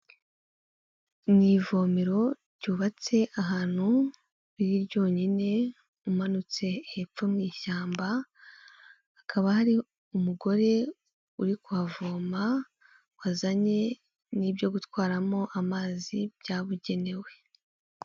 Mu ivomero ryubatse ahantu riri ryonyine, umanutse hepfo mu ishyamba, hakaba hari umugore uri kuhavoma wazanye n'ibyo gutwaramo amazi byabugenewe.